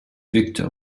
victor